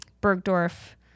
Bergdorf